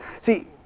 See